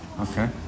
Okay